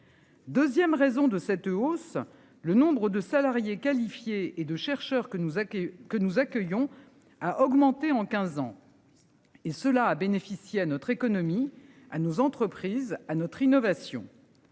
2ème raison de Sète hausse le nombre de salariés qualifiés et de chercheurs que nous à qui que nous accueillons a augmenté en 15 ans. Et cela a bénéficié à notre économie, à nos entreprises à notre innovation.